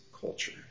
culture